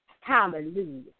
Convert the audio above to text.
Hallelujah